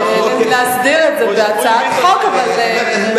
מטעם הכנסת: הצעת חוק תשלומים לפדויי שבי (תיקון מס' 3)